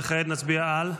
וכעת נצביע על?